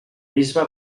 bisbe